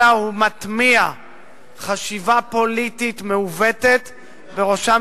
אלא גם יטמיע חשיבה פוליטית מעוותת בראשם